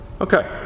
Okay